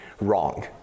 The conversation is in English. wrong